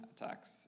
attacks